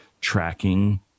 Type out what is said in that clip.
tracking